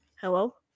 Hello